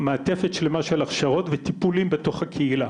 במעטפת שלמה של הכשרות וטיפולים בתוך הקהילה